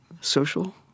social